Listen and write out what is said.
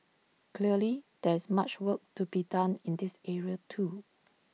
clearly there is much work to be done in this area too